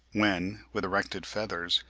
when with erected feathers,